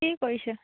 কি কৰিছে